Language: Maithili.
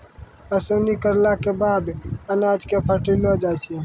ओसौनी करला केरो बाद अनाज क फटकलो जाय छै